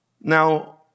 Now